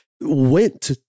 went